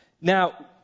Now